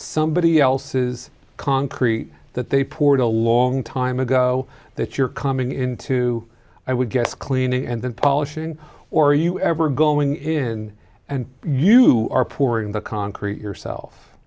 somebody else's concrete that they poured a long time ago that you're coming into i would guess cleaning and then polishing or you ever going in and you are poor in the concrete yourself